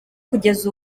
kugeza